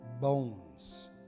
bones